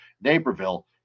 Naperville